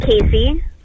Casey